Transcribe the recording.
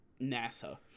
NASA